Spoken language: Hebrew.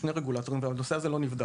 יש שני רגולטורים והנושא הזה לא נבדק.